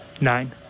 Nine